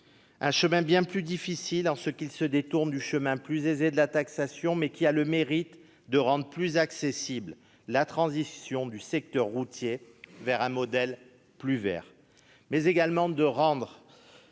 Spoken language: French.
un chemin bien plus difficile, qui nous détourne de la voie plus aisée de la taxation. Mais il a le mérite de rendre plus acceptable la transition du secteur routier vers un modèle plus vert,